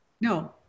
No